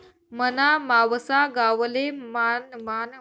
मना मावसा गावले पान मझारला तंतूसपाईन दोरी आणि चटाया बनाडतस